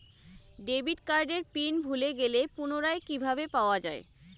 Debit কার্ডের pin ভুলে গেলে পুনরায় কিভাবে পাওয়া য়ায়?